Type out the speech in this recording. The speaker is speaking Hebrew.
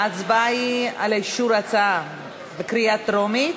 ההצבעה היא על אישור ההצעה בקריאה טרומית